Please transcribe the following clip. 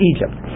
Egypt